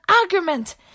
argument